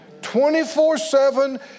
24-7